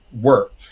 work